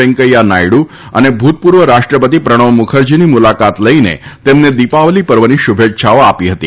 વેંકૈયા નાયડુ અને ભુતપુર્વ રાષ્ટ્રપતિ પ્રણવ મુખરજીની મુલાકાત લઈને તેમને દિપાવલી પર્વની શુભેચ્છાઓ આપી હતી